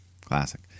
Classic